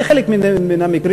בחלק מן המקרים,